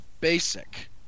basic